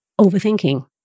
overthinking